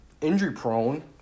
injury-prone